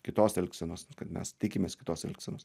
kitos elgsenos kad mes tikimės kitos elgsenos